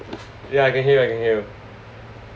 yeah I can hear you I can hear you